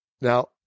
Now